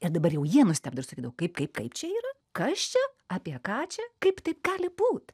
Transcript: ir dabar jau jie nustebdavo ir sakydavo kaip kaip kaip čia yra kas čia apie ką čia kaip taip gali būt